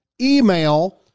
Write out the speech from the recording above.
email